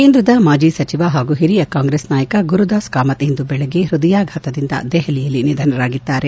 ಕೇಂದ್ರದ ಮಾಜಿ ಸಚಿವ ಹಾಗೂ ಹಿರಿಯ ಕಾಂಗ್ರೆಸ್ ನಾಯಕ ಗುರುದಾಸ್ ಕಾಮತ್ ಇಂದು ಬೆಳಿಗ್ಗೆ ಪ್ಯದಯಾಘಾತದಿಂದ ದೆಹಲಿಯಲ್ಲಿ ನಿಧನರಾಗಿದ್ದಾರೆ